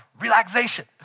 relaxation